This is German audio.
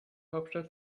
hauptstadt